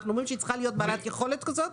אנחנו אומרים שהיא צריכה להיות בעלת יכולת כזאת.